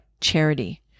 charity